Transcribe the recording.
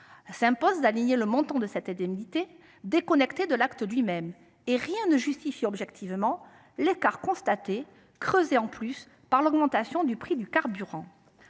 impose d’aligner le montant de cette indemnité, déconnectée de l’acte lui même. Rien ne justifie objectivement l’écart constaté, surtout en cette période d’augmentation du prix des carburants.